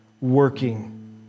working